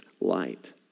light